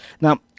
Now